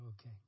Okay